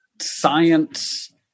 science